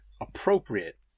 appropriate